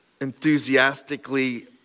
enthusiastically